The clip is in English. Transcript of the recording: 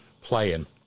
playing